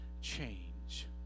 change